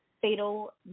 Fatal